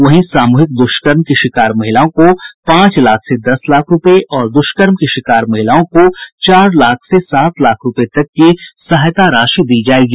वहीं सामूहिक द्रष्कर्म की शिकार महिलाओं को पांच लाख से दस लाख रूपये और दुष्कर्म की शिकार महिलाओं को चार लाख से सात लाख रूपये तक की सहायता राशि दी जायेगी